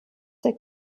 der